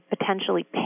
potentially